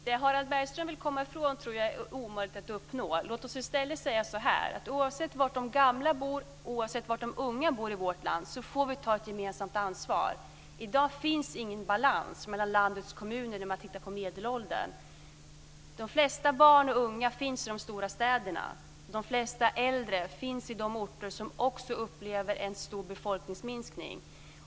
Herr talman! Det som Harald Bergström vill komma ifrån tror jag är omöjligt att uppnå. Låt oss i stället säga att oavsett var de gamla och oavsett var de unga bor i vårt land får vi ta ett gemensamt ansvar. I dag finns ingen balans mellan landets kommuner när det gäller medelåldern. De flesta barn och unga finns i de stora städerna. De flesta äldre finns i de orter som också upplever en stor befolkningsminskning.